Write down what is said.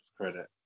credit